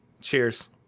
Cheers